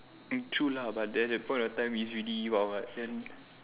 mm true lah but then that point of time is already what what then